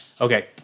Okay